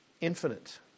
infinite